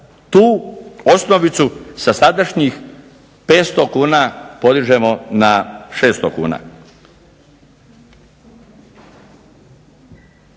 tu osnovicu sa sadašnjih 500 kuna podižemo na 600 kuna.